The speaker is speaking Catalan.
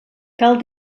cal